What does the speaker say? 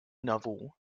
novel